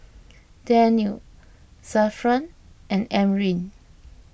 Daniel Zafran and Amrin